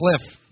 cliff